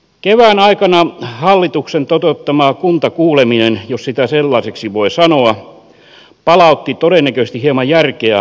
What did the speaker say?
kevään aikana hallituksen toteuttama kuntakuuleminen jos sitä sellaiseksi voi sanoa palautti todennäköisesti hieman järkeä hallituksen linjalle